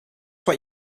what